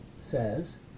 says